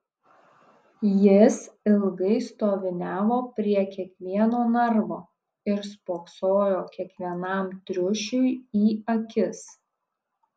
jis ilgai stoviniavo prie kiekvieno narvo ir spoksojo kiekvienam triušiui į akis